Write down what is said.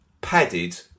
padded